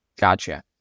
Gotcha